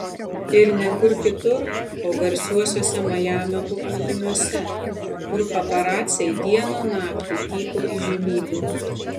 ir ne kur kitur o garsiuosiuose majamio paplūdimiuose kur paparaciai dieną naktį tyko įžymybių